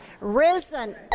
risen